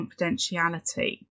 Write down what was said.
confidentiality